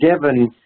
given